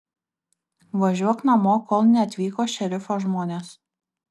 važiuok namo kol neatvyko šerifo žmonės